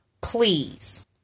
please